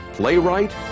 playwright